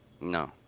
No